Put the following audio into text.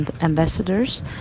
ambassadors